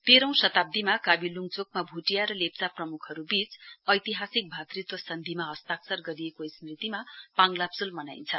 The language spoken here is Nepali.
तेहौ शताब्दीमा काबी लुङचोकमा भुटिया र लेप्चा प्रमुखहरूबीच ऐतिहासिक भातृत्व सन्धिमा हस्ताक्षर ग रिएको स्मृतिमा पाङ लाब्सोल मनाइन्छ